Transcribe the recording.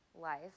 life